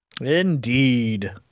Indeed